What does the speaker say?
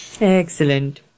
Excellent